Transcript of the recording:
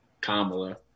Kamala